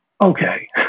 Okay